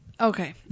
Okay